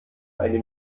eine